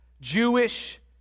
Jewish